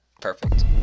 Perfect